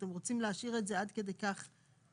אתם רוצים להשאיר את זה עד כדי כך פתוח?